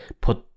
put